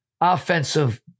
offensive